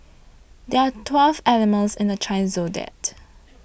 there are twelve animals in the Chinese zodiac